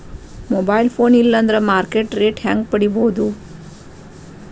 Mobile phone ಇಲ್ಲಾ ಅಂದ್ರ market rate ಹೆಂಗ್ ಪಡಿಬೋದು?